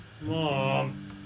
Mom